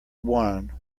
one